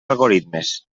algoritmes